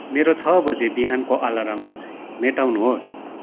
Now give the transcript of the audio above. मेरो छ बजे बिहानको अलार्म मेटाउनुहोस्